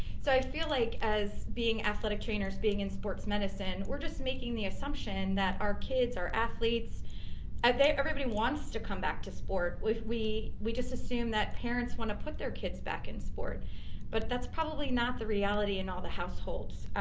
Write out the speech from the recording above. so i feel like us being athletic trainers, being in sports medicine, we're just making the assumption that our kids are athletes and that everybody wants to come back to sport. if we we just assume that parents wanna put their kids back in sport but that's probably not the reality in all the households.